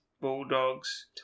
Bulldogs